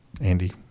Andy